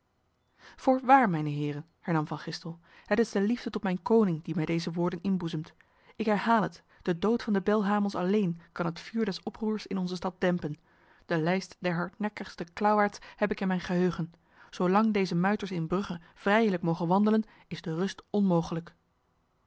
voorwaar mijne heren hernam van gistel het is de liefde tot mijn koning die mij deze woorden inboezemt ik herhaal het de dood van de belhamels alleen kan het vuur des oproers in onze stad dempen de lijst der hardnekkigste klauwaards heb ik in mijn geheugen zolang deze muiters in brugge vrijelijk mogen wandelen is de rust onmogelijk